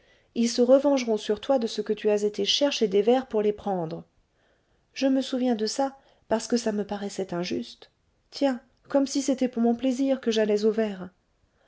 y se revengeront sur toi de ce que tu as été chercher des vers pour les prendre je me souviens de ça parce que ça me paraissait injuste tiens comme si c'était pour mon plaisir que j'allais aux vers